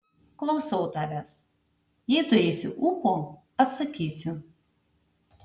klausau tavęs jei turėsiu ūpo atsakysiu